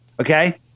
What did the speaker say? Okay